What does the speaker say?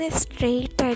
straight